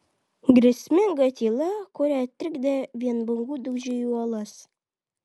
grėsminga tyla kurią trikdė vien bangų dūžiai į uolas